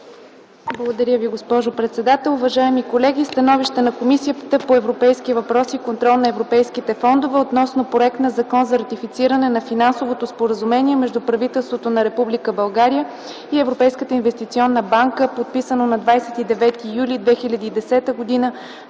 Благодаря Ви, госпожо председател. Уважаеми колеги! „СТАНОВИЩЕ на Комисията по европейските въпроси и контрол на европейските фондове относно проект на Закон за ратифициране на Финансовото споразумение между правителството на Република България и Европейската инвестиционна банка, подписано на 29 юли 2010 г.,